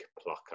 plucker